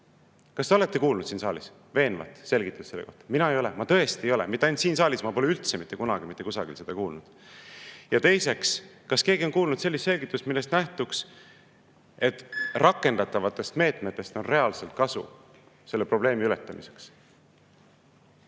Kas te olete kuulnud siin saalis veenvat selgitust selle kohta? Mina ei ole, ma tõesti ei ole. Mitte ainult siin saalis, ma pole üldse mitte kunagi mitte kusagil seda kuulnud. Ja teiseks, kas keegi on kuulnud selgitust, millest nähtuks, et rakendatavatest meetmetest on reaalselt kasu selle probleemi ületamiseks?